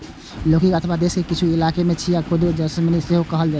लौकी के अपना देश मे किछु इलाका मे घिया, कद्दू, सजमनि सेहो कहल जाइ छै